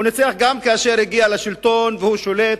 הוא ניצח גם כאשר הגיע לשלטון, והוא שולט